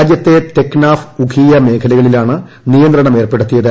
രാജ്യത്തെ തെക്നാഫ് ഉഖീയ മേഖലകളിലാണ് നിയന്ത്രണം ഏർപ്പെടുത്തിയത്